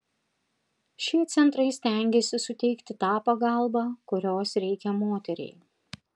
šie centrai stengiasi suteikti tą pagalbą kurios reikia moteriai